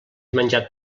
menjat